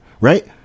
right